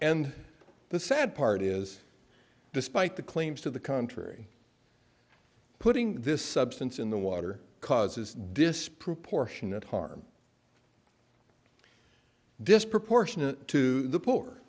and the sad part is despite the claims to the contrary putting this substance in the water causes disproportionate harm disproportionate to the poor